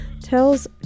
tells